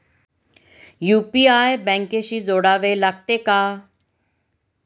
UPI बँकेशी जोडावे लागते का?